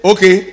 Okay